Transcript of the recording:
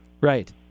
Right